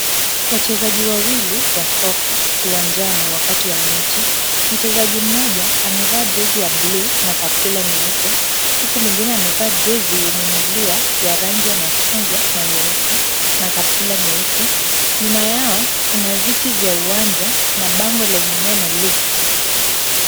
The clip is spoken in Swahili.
Wachezaji wawili wa soka uwanjani wakati wa mechi. Mchezaji mmoja, amevaa jezi ya bluu na kaptula nyeupe, huku mwingine amevaa jezi yenye milia ya rangi ya machungwa na nyeusi na kaptula nyeusi. Nyuma yao, kuna viti vya uwanja na bango lenye neno lick .